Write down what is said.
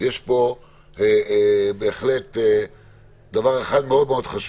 יש פה בהחלט דבר אחד מאוד חשוב.